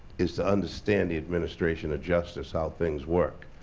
is to understand the administration of justice, how things work.